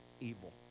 evil